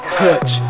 touch